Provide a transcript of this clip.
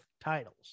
titles